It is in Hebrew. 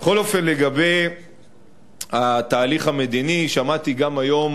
בכל אופן, לגבי התהליך המדיני, שמעתי גם היום